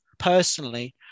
Personally